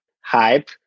hype